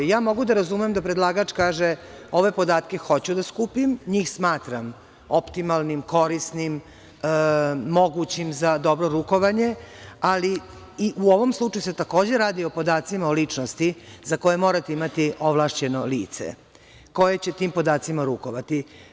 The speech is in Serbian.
Mogu da razumem da predlagač kaže – ove podatke hoću da skupim, njih smatram optimalnim, korisnim, mogućim za dobro rukovanje, ali i u ovom slučaju se takođe radi o podacima o ličnosti za koje morate imati ovlašćeno lice koje će tim podacima rukovati.